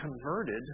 converted